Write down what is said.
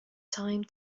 time